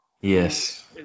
Yes